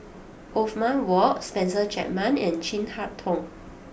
Othman Wok Spencer Chapman and Chin Harn Tong